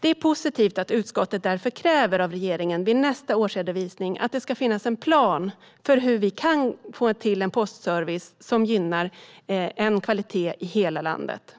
Det är därför positivt att utskottet kräver av regeringen att det vid nästa årsredovisning ska finnas en plan för hur vi kan få till en postservice som gynnar kvalitet i hela landet.